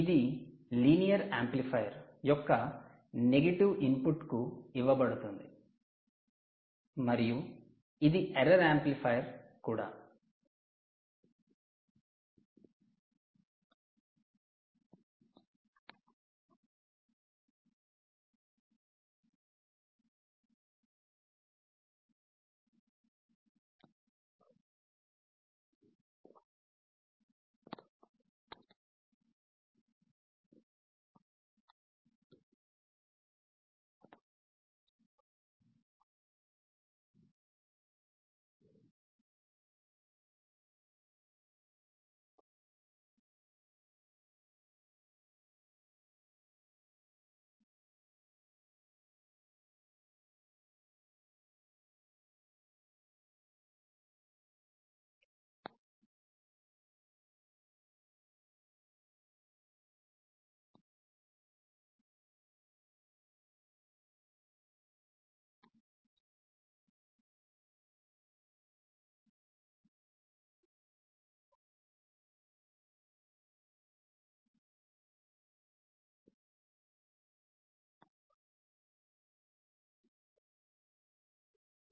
ఇది linear amplifier యొక్క negative ఇన్పుట్కు ఇవ్వబడుతుంది మరియు ఇది ఎర్రర్ యాంప్లిఫైయర్ కూడా